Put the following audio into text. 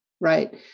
right